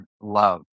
love